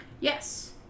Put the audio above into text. Yes